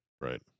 right